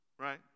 right